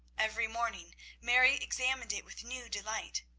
every morning mary examined it with new delight.